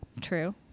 true